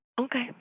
Okay